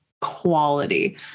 quality